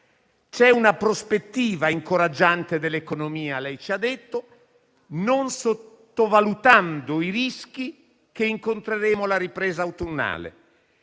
c'è una prospettiva incoraggiante dell'economia, non sottovalutando i rischi che incontreremo alla ripresa autunnale.